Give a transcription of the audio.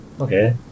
Okay